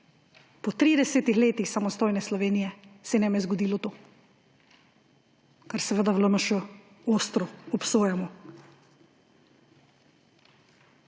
Po 30 letih samostojne Slovenije se nam je zgodilo to, kar seveda v LMŠ ostro obsojamo.